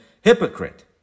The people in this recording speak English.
Hypocrite